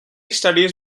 studies